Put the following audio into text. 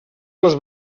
les